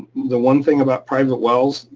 the one thing about private wells,